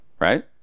Right